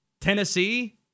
Tennessee